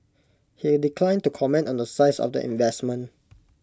he declined to comment on the size of the investment